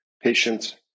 patients